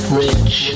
rich